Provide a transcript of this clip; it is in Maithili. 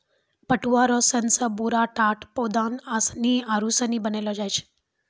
पटुआ रो सन से बोरा, टाट, पौदान, आसनी आरु सनी बनैलो जाय छै